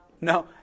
No